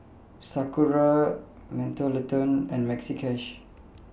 Sakura Mentholatum and Maxi Cash